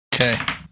Okay